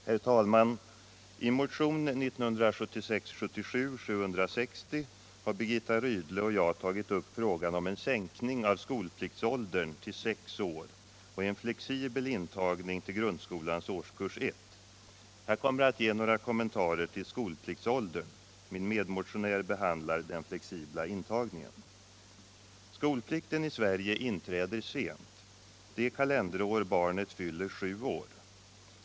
Herr talman! I motionen 1976/77:760 har Birgitta Rydle och jag tagit upp frågan om en sänkning av skolpliktsåldern till sex år och en flexibel intagning till grundskolans årskurs 1. Jag kommer att ge några kommentarer till skolpliktsåldern, och min medmotionär behandlar den flexibla intagningen. Skolplikten i Sverige inträder sent: det kalenderår barnet fyller sju år.